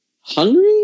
hungry